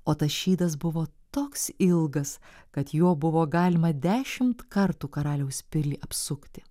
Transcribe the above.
o tas šydas buvo toks ilgas kad juo buvo galima dešimt kartų karaliaus pilį apsukti